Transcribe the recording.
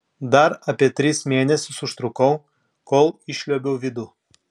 dar apie tris mėnesius užtrukau kol išliuobiau vidų